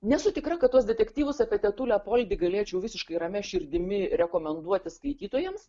nesu tikra kad tuos detektyvus apie tetulę poldi galėčiau visiškai ramia širdimi rekomenduoti skaitytojams